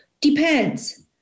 Depends